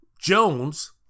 Jones